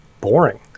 boring